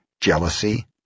jealousy